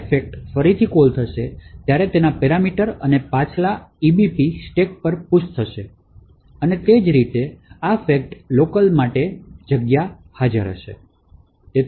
જ્યારે fact ફરીથી call થશે ત્યારે એના પેરામીટર અને પાછલા EBP સ્ટેક પર પુશ થશે અને તે જ રીતે આ fact લોકલ માટે જગ્યા હાજર હશે